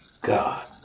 God